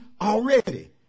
already